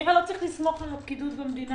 - כנראה לא צריך לסמוך על הפקידות המדינה.